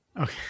Okay